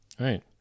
Right